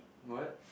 what